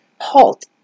Halt